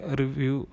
review